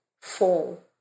fall